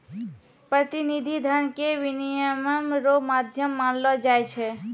प्रतिनिधि धन के विनिमय रो माध्यम मानलो जाय छै